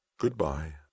Goodbye